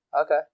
Okay